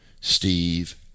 steve